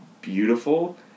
beautiful